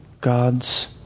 God's